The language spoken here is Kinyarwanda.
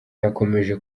yakomeje